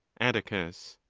atticus.